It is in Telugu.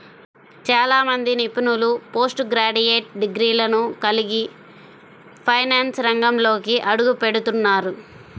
చాలా మంది నిపుణులు పోస్ట్ గ్రాడ్యుయేట్ డిగ్రీలను కలిగి ఫైనాన్స్ రంగంలోకి అడుగుపెడుతున్నారు